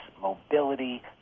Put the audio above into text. mobility